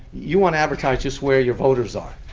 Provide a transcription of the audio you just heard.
you want to advertise just where your voters are.